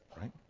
right